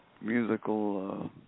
musical